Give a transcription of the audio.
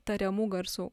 tariamų garsų